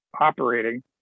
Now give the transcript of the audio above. operating